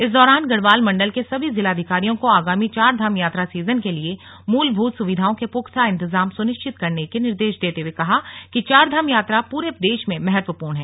इस दौरान गढ़वाल मंडल के सभी जिलाधिकारियों को आगामी चारधाम यात्रा सीजन के लिए मूलभूत सुविधाओं के पुख्ता इंतजाम सुनिश्चित करने के निर्देश देते हुए कहा कि चारधाम यात्रा पूरे देश में महत्वपूर्ण है